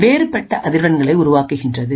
வேறுபட்ட அதிர்வெண்களை உருவாக்குகின்றது